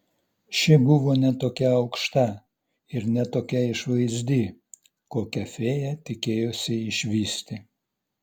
ši buvo ne tokia aukšta ir ne tokia išvaizdi kokią fėja tikėjosi išvysti